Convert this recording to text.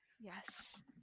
yes